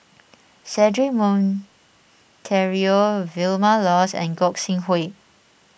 Cedric Monteiro Vilma Laus and Gog Sing Hooi